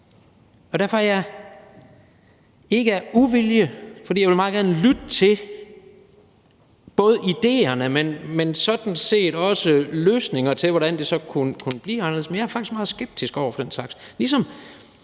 og derfor er jeg faktisk – ikke af uvilje, for jeg vil meget gerne både lytte til idéerne, men sådan set også løsningerne til, hvordan det så kunne blive anderledes – meget skeptisk over for den slags, ligesom